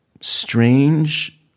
strange